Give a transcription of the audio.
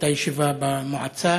הייתה ישיבה במועצה,